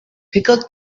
pickled